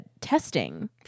testing